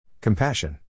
Compassion